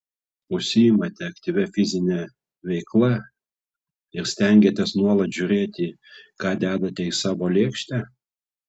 užsiimate aktyvia fizine veikla ir stengiatės nuolat žiūrėti ką dedate į savo lėkštę